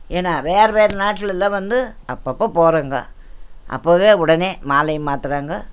ஏன்னா வேறே வேறே நாட்டிலலாம் வந்து அப்பப்போ போகிறாங்க அப்போவே உடனே மாலையை மாற்றுறாங்க